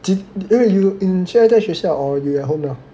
did you enjoy 在学校 or you at home now